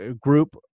group